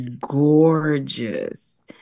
gorgeous